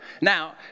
Now